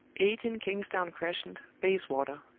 eighteen kingsdown crescent, bayswater,